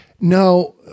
no